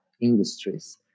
industries